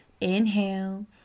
Inhale